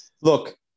Look